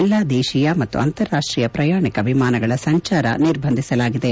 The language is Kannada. ಎಲ್ಲಾ ದೇತೀಯ ಮತ್ತು ಅಂತಾರಾಷ್ಷೀಯ ಪ್ರಯಾಣಿಕ ವಿಮಾನಗಳ ಸಂಚಾರ ನಿರ್ಬಂಧಿಸಲಾಗಿದೆ